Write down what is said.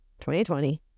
2020